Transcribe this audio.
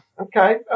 okay